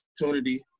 opportunity